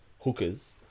hookers